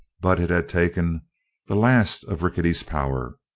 but it had taken the last of rickety's power.